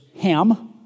Ham